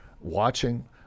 watching